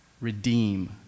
redeem